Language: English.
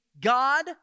God